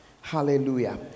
Hallelujah